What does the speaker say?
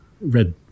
red